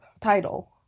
title